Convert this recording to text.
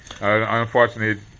Unfortunately